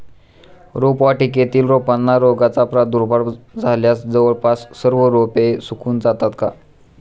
रोपवाटिकेतील रोपांना रोगाचा प्रादुर्भाव झाल्यास जवळपास सर्व रोपे सुकून जातात का?